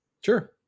sure